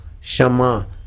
Shama